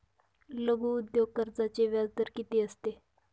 लघु उद्योग कर्जाचे व्याजदर किती असते?